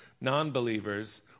non-believers